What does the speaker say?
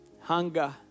hunger